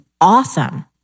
awesome